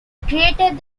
created